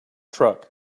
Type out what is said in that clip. truck